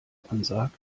ansagt